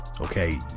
okay